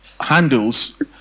handles